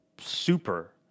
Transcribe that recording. super